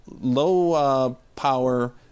low-power